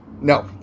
No